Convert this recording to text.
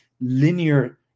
linear